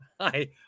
Hi